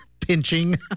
pinching